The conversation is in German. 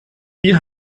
wie